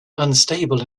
unstable